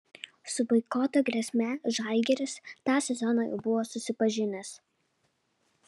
su boikoto grėsme žalgiris tą sezoną jau buvo susipažinęs